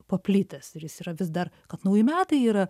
paplitęs ir jis yra vis dar kad nauji metai yra